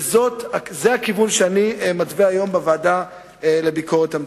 וזה הכיוון שאני מתווה היום בוועדה לביקורת המדינה.